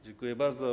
Dziękuję bardzo.